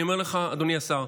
אני אומר לך, אדוני השר,